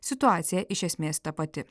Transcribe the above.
situacija iš esmės ta pati